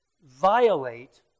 violate